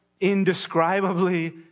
indescribably